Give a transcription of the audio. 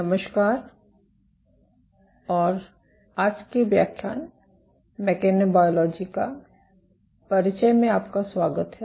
नमस्कार और आज के व्याख्यान मेकेनोबायोलॉजी का परिचय में आपका स्वागत है